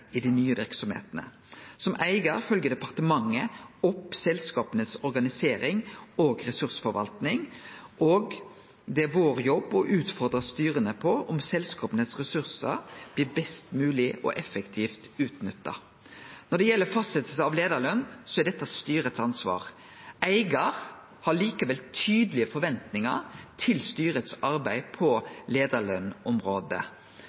i dei nye verksemdene. Som eigar følgjer departementet opp selskapas organisering og ressursforvaltning, og det er vår jobb å utfordre styra på om ressursane til selskapa blir utnytta best mogleg og effektivt. Når det gjeld fastsetjing av leiarløn, er dette styrets ansvar. Eigar har likevel tydelege forventningar til styrets arbeid